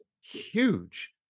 huge